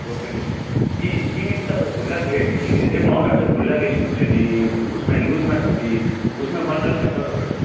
broccoli सि सिमी चाहिँ तपाईँ खुल्ला ए सिमी अरे मटर चाहिँ खुल्ला बेच्नुहुन्छ कि उयसमै लुजमा छ कि उसमा बन्डलमा छ हौ तपाईँको